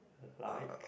like